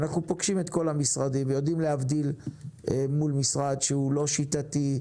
אנחנו פוגשים את כל המשרדים ויודעים להבדיל בין משרד שהוא לא שיטתי,